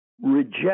reject